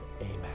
amen